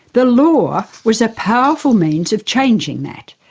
the law was a powerful means of changing that.